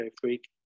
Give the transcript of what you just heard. freak